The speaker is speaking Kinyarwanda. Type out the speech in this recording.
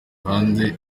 hanze